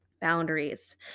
boundaries